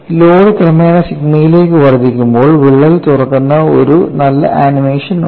load ക്രമേണ സിഗ്മയിലേക്ക് വർദ്ധിപ്പിക്കുമ്പോൾ വിള്ളൽ തുറക്കുന്ന ഒരു നല്ല ആനിമേഷൻ ഉണ്ട്